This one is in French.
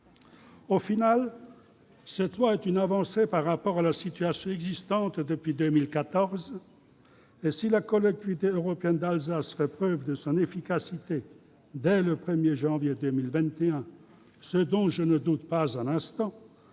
Finalement, cette loi constitue une avancée par rapport à la situation existante depuis 2014, et si la Collectivité européenne d'Alsace fait preuve de son efficacité dès le 1 janvier 2021, ce dont je ne doute pas, rien